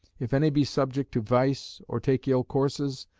if any be subject to vice, or take ill courses,